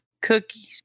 cookies